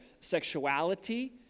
sexuality